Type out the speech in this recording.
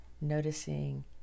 noticing